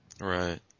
Right